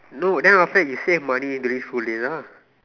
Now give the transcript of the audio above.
no then after that you save money during school days lah